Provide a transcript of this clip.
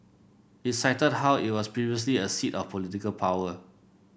it cited how it was previously a seat of political power